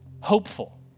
hopeful